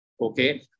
Okay